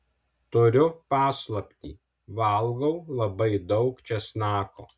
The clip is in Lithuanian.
turiu paslaptį valgau labai daug česnako